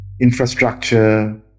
infrastructure